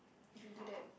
if you do that